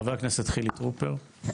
חבר הכנסת חילי טרופר, בבקשה.